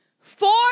four